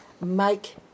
make